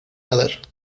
nadar